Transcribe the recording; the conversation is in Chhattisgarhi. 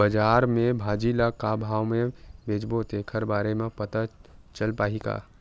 बजार में भाजी ल का भाव से बेचबो तेखर बारे में पता चल पाही का?